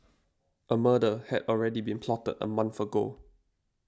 a murder had already been plotted a month ago